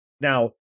now